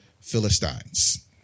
Philistines